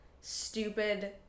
stupid